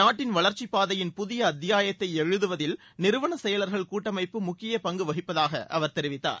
நாட்டின் வளர்ச்சிப் பாதையின் புதிய அத்தியாயத்தை எழுதுவதில் நிறுவன செயலர்கள் கூட்டமைப்பு முக்கிய பங்கு வகிப்பதாக அவர் தெரிவித்தார்